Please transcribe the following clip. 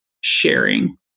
sharing